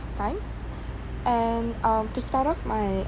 pastimes and um to start off my